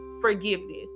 forgiveness